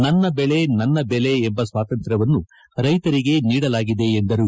ನನ್ನ ಬೆಳೆ ನನ್ನ ಬೆಲೆ ಎಂಬ ಸ್ವಾತಂತ್ರ್ವವನ್ನು ರೈತರಿಗೆ ನೀಡಲಾಗಿದೆ ಎಂದರು